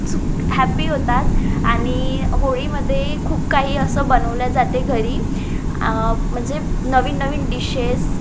सुख हॅप्पी होतात आणि होळीमध्ये खूप काही असं बनवले जाते घरी म्हणजे नवीन नवीन डिशेस